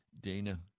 Dana